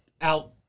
out